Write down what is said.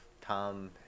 Tom